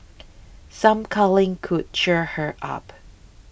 some cuddling could cheer her up